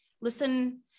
Listen